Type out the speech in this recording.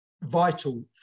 vital